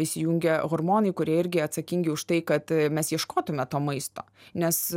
įsijungia hormonai kurie irgi atsakingi už tai kad mes ieškotume to maisto nes